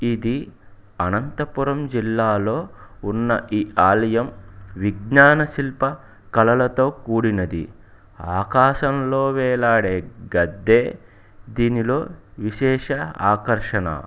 ఇది అనంతపురం జిల్లాలో ఉన్న ఈ ఆలయం విజ్ఞాన శిల్ప కళలతో కూడినది ఆకాశంలో వేలాడే గద్దె దీనిలో విశేష ఆకర్షణ